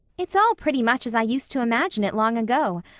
it's all pretty much as i used to imagine it long ago,